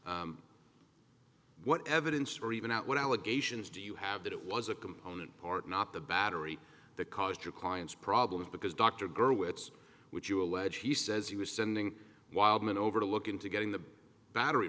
what evidence or even at what allegations do you have that it was a component part not the battery that caused your client's problems because dr gurwitch which you allege he says he was sending wildman over to look into getting the battery